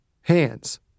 Hands